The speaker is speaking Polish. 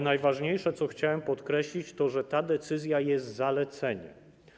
Najważniejsze, co chciałem podkreślić, to to, że ta decyzja jest zaleceniem.